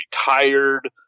retired